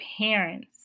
parents